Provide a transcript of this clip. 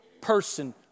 person